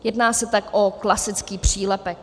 Jedná se tak o klasický přílepek.